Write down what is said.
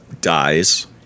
dies